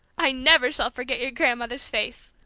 i never shall forget your grandmother's face.